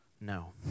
No